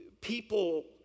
people